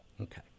Okay